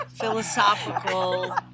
philosophical